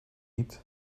need